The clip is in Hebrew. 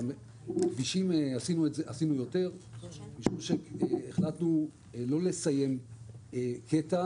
עשינו יותר כבישים משום שהחלטנו לא לסיים קטע